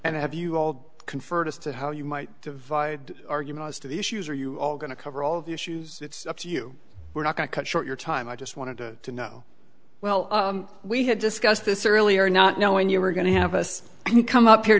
i have you all conferred as to how you might divide arguments to the issues are you all going to cover all of the issues it's up to you we're not going to cut short your time i just wanted to know well we had discussed this earlier not knowing you were going to have us come up here